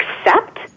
accept